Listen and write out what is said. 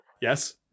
yes